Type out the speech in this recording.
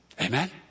Amen